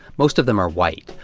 most of them are white,